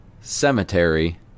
cemetery